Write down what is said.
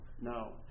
No